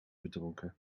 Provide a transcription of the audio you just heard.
verdronken